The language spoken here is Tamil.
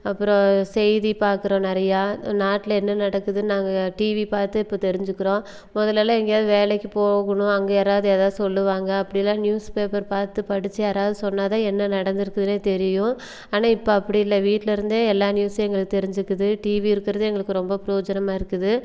அப்புறம் செய்தி பார்க்குறோம் நிறையா நாட்டில் என்ன நடக்குதுன்னு நாங்கள் டிவி பார்த்து இப்போ தெரிஞ்சுக்கிறோம் மொதல்லேலாம் எங்கேயாவது வேலைக்கு போகணும் அங்கே யாராவது ஏதாது சொல்லுவாங்க அப்படிலாம் நியூஸ்பேப்பர் பார்த்து படிச்சு யாராவது சொன்னால்தான் என்ன நடந்துருக்குதுனே தெரியும் ஆனால் இப்போ அப்படி இல்லை வீட்லிருந்தே எல்லா நியூஸும் எங்களுக்கு தெரிஞ்சுக்கிது டிவி இருக்கிறது எங்களுக்கு ரொம்ப ப்ரோஜனமாக இருக்குது